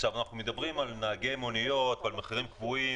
כשאנחנו מדברים על נהגי מוניות ועל מחירים קבועים